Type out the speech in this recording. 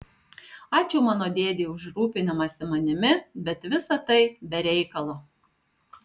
ačiū mano dėdei už rūpinimąsi manimi bet visa tai be reikalo